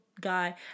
guy